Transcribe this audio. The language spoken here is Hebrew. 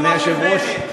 אדוני היושב-ראש,